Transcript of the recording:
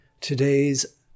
Today's